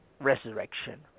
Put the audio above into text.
resurrection